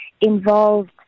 involved